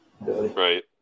Right